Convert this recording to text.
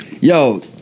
Yo